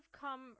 come